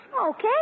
Okay